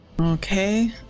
Okay